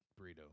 burrito